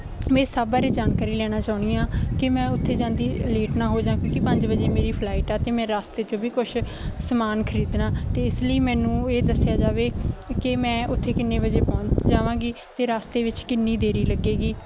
ਮੈਂ ਇਹ ਸਭ ਬਾਰੇ ਜਾਣਕਾਰੀ ਲੈਣਾ ਚਾਹੁੰਦੀ ਹਾਂ ਕਿ ਮੈਂ ਉੱਥੇ ਜਾਂਦੀ ਲੇਟ ਨਾ ਹੋ ਜਾਂ ਕਿਉਂਕਿ ਪੰਜ ਵਜੇ ਮੇਰੀ ਫਲਾਈਟ ਆ ਅਤੇ ਮੈਂ ਰਸਤੇ 'ਚ ਵੀ ਕੁਛ ਸਮਾਨ ਖਰੀਦਣਾ ਅਤੇ ਇਸ ਲਈ ਮੈਨੂੰ ਇਹ ਦੱਸਿਆ ਜਾਵੇ ਕਿ ਮੈਂ ਉੱਥੇ ਕਿੰਨੇ ਵਜੇ ਪਹੁੰਚ ਜਾਵਾਂਗੀ ਅਤੇ ਰਸਤੇ ਵਿੱਚ ਕਿੰਨੀ ਦੇਰ ਲੱਗੇਗੀ